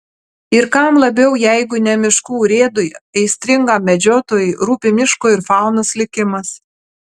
ir kam labiau jeigu ne miškų urėdui aistringam medžiotojui rūpi miško ir faunos likimas